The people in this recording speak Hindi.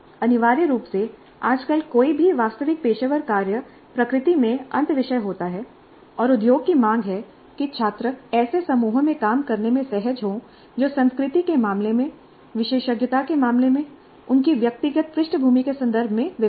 अनिवार्य रूप से आजकल कोई भी वास्तविक पेशेवर कार्य प्रकृति में अंतःविषय होता है और उद्योग की मांग है कि छात्र ऐसे समूहों में काम करने में सहज हों जो संस्कृति के मामले में विशेषज्ञता के मामले में उनकी व्यक्तिगत पृष्ठभूमि के संदर्भ में विविध हैं